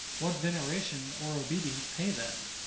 what veneration or obedience pay them?